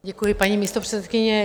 Děkuji, paní místopředsedkyně.